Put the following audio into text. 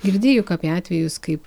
girdi juk apie atvejus kaip